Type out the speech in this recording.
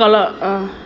kalau ah